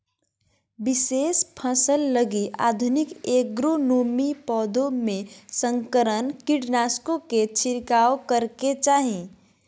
विशेष फसल लगी आधुनिक एग्रोनोमी, पौधों में संकरण, कीटनाशकों के छिरकाव करेके चाही